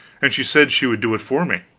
and she said she would do it for me.